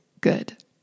good